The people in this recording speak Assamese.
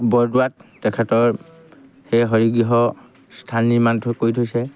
বৰদোৱাত তেখেতৰ সেই হৰিগৃহ স্থান নিৰ্মাণ কৰি থৈছে